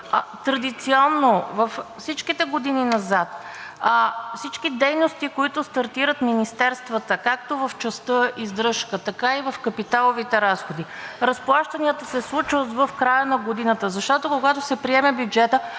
Традиционно във всичките години назад всички дейности, които стартират министерствата както в частта „Издръжка“, така и в капиталовите разходи, разплащанията се случват в края на годината, защото, когато се приеме бюджетът,